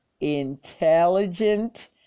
intelligent